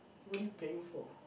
what are you paying for